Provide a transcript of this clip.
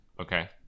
Okay